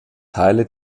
teile